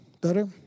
Better